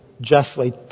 justly